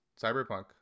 cyberpunk